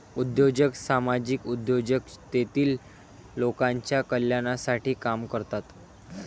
उद्योजक सामाजिक उद्योजक तेतील लोकांच्या कल्याणासाठी काम करतात